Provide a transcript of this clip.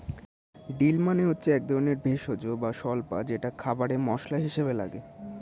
deal মানে হচ্ছে একধরনের ভেষজ বা স্বল্পা যেটা খাবারে মসলা হিসেবে লাগে